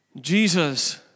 Jesus